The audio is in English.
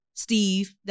Steve